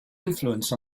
influence